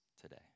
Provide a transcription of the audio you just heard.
today